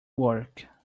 work